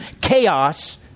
chaos